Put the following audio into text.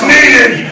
Needed